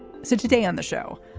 so today on the show,